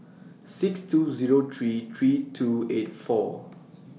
six two Zero three three two eight four